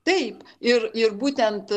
taip ir ir būtent